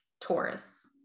taurus